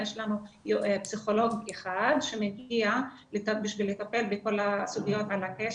יש פסיכולוג אחד שמגיע כדי לטפל בסוגיות על הקשת,